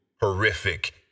horrific